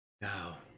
Now